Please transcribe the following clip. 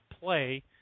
play